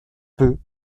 peut